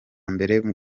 mbere